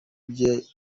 by’imari